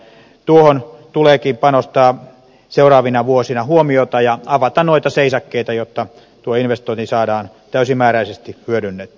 tuohon tuleekin kiinnittää seuraavina vuosina huomiota ja avata noita seisakkeita jotta tuo investointi saadaan täysimääräisesti hyödynnettyä